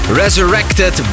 Resurrected